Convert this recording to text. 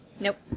Nope